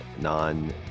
non